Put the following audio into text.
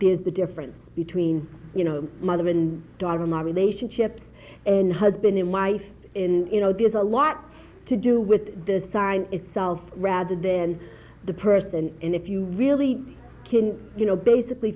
here's the difference between you know mother and daughter in law relationships and husband and wife in there's a lot to do with the sign itself rather than the person and if you really can you know basically